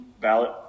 ballot